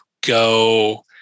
go